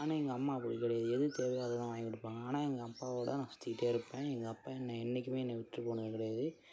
ஆனால் எங்கள் அம்மா அப்படி கிடையாது எது தேவையோ அதை தான் வாங்கிக் கொடுப்பாங்க ஆனால் எங்கள் அப்பாவோடு தான் நான் சுற்றிக்கிட்டே இருப்பேன் எங்கள் அப்பா என்னை என்றைக்குமே என்னை விட்டுட்டு போனது கிடையாது